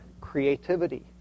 Creativity